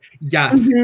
yes